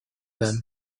them